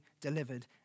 delivered